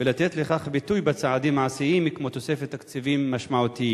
ונותן לכך ביטוי בצעדים מעשיים כמו תוספת תקציבים משמעותיים?